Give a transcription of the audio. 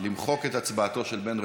בטעות הצבעתי,